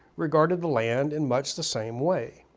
regarded the land in much the same way.